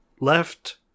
left